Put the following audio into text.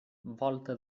volta